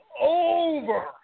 over